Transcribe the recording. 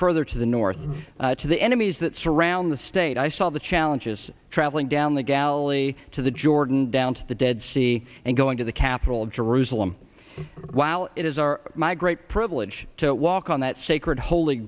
further to the north to the enemies that surround the state i saw the challenges travelling down the galilee to the jordan down to the dead sea and going to the capital jerusalem while it is our my great privilege to walk on that sacred holy